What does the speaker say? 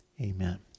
amen